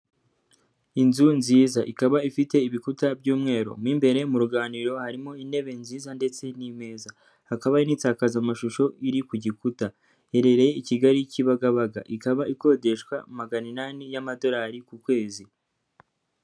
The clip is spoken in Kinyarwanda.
Inzu nziza. Ikaba ifite ibikuta by'umweru. Mo imbere mu ruganiriro harimo intebe nziza ndetse n'imeza. Hakaba hari n'insakazamashusho iri ku gikuta. Iherereye i Kigali kibagabaga. Ikaba ikodeshwa magana inani y'amadolari ku kwezi.